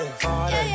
party